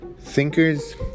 thinkers